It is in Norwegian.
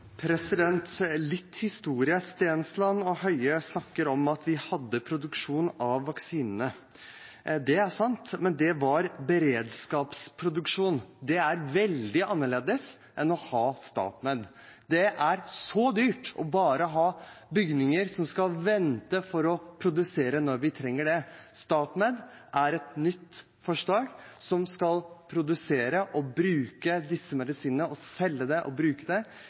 Litt historie. Stensland og Høie snakker om at vi hadde produksjon av vaksine. Det er sant, men det var beredskapsproduksjon. Det er veldig annerledes enn å ha StatMed. Det er så dyrt bare å ha bygninger i påvente av å produsere når vi trenger det. StatMed er et nytt foretak som skal produsere og selge disse medisinene, bruke det